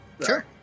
Sure